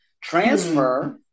Transfer